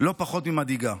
פחות ממדאיגה.